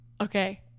okay